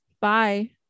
bye